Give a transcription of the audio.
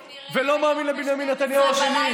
תכף נראה, ולא מאמין לבנימין נתניהו השני.